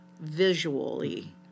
visually